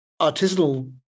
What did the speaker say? Artisanal